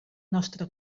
nostre